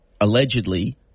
allegedly